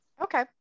Okay